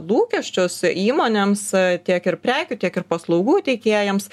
lūkesčius įmonėms tiek ir prekių tiek ir paslaugų teikėjams